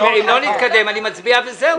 אם לא נתקדם אני מצביע וזהו,